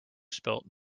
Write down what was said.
spilt